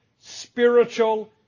spiritual